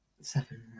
Seven